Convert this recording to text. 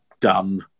done